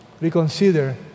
reconsider